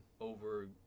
over